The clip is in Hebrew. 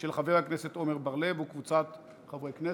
של חבר הכנסת עמר בר-לב וקבוצת חברי כנסת.